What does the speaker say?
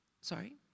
sorry